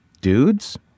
dudes